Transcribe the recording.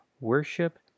worship